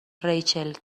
ریچل